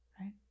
right